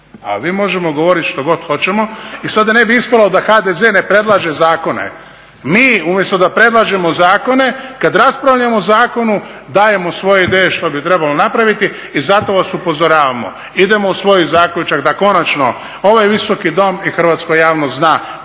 A mi možemo govoriti što god hoćemo. I sad da ne bi ispalo da HDZ ne predlaže zakone, mi umjesto da predlažemo zakone, kad raspravljamo o zakonu, dajemo svoje ideje što bi trebalo napraviti i zato vas upozoravamo, idemo u svoj zaključak da konačno ovaj Visoki dom i hrvatska javnost zna